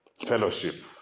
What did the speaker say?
Fellowship